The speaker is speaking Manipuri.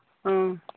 ꯑꯥ